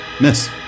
Miss